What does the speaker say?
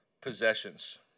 possessions